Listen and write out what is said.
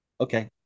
okay